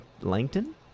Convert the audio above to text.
Langton